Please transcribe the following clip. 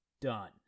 Done